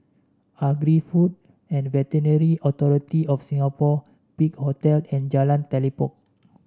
Agri Food and Veterinary Authority of Singapore Big Hotel and Jalan Telipok